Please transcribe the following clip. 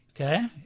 Okay